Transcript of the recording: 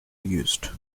used